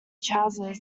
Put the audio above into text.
trousers